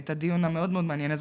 את הדיון המאוד מעניין הזה.